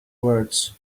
words